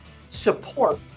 support